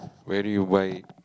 where do you buy